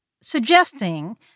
suggesting